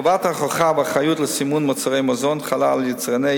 חובת ההוכחה והאחריות לסימון מוצרי מזון חלה על היצרנים,